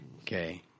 Okay